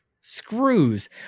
Screws